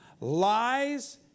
lies